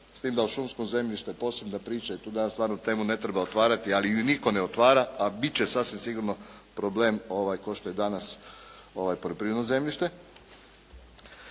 s tim da u šumsko zemljište posebna priča je tu danas ja stvarno tu temu ne treba otvarati, ali je nitko ne otvara, a bit će sasvim sigurno problem kao što je danas ovo poljoprivredno zemljište.